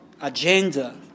agenda